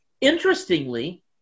Interestingly